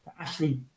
Ashley